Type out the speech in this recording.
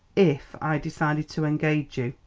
if i decide to engage you?